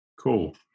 Cool